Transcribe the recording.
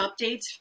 updates